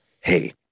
Hey